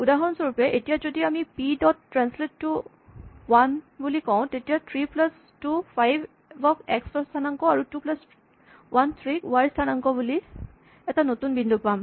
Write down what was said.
উদাহৰণস্বৰূপে এতিয়া যদি আমি P dot translate two one বুলি কওঁ তেতিয়া থ্ৰী প্লাচ টু ফাইভ ক এক্স স্হানাংক আৰু টু প্লাচ ৱান থ্ৰী ক ৱাই স্হানাংক হিচাপে এটা নতুন বিন্দু পাম